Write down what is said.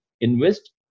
invest